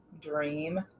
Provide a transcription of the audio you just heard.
dream